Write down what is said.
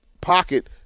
pocket